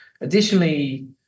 Additionally